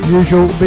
usual